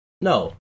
No